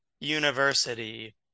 university